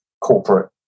corporate